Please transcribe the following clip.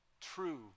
true